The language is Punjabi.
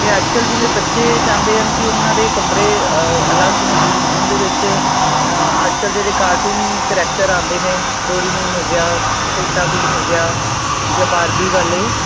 ਅਤੇ ਅੱਜ ਕੱਲ੍ਹ ਜਿਵੇਂ ਬੱਚੇ ਚਾਹੁੰਦੇ ਹਨ ਕੀ ਉਹਨਾਂ ਦੇ ਕਮਰੇ ਅਲੱਗ ਹੋਨ ਉਹਦੇ ਵਿੱਚ ਅੱਜ ਕੱਲ੍ਹ ਜਿਹੜੇ ਕਾਰਟੂਨ ਕਰੈਕਟਰ ਆਉਂਦੇ ਨੇ ਡੋਰੀਮੋਨ ਹੋ ਗਿਆ ਛੋਟਾ ਭੀਮ ਹੋ ਗਿਆ ਜਾਂ ਬਾਰਬੀ ਵਾਲੇ